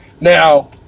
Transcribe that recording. now